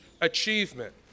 achievement